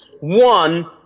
One